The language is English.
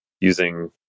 using